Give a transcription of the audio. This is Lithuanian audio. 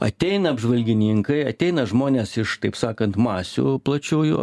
ateina apžvalgininkai ateina žmonės iš kaip sakant masių plačiųjų